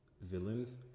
villains